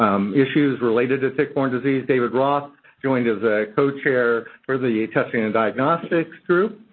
issues related to tick-borne disease. david roth joined as a co-chair for the testing and diagnostics group.